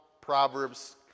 Proverbs